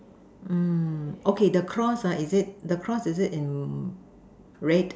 mm okay the cross ah is it the cross is it in red